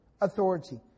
authority